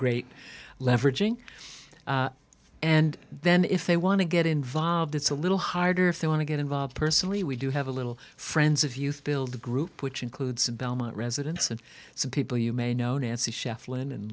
great leveraging and then if they want to get involved it's a little harder if they want to get involved personally we do have a little friends of youth build group which includes belmont residents and some people you may know nancy shef